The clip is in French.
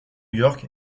york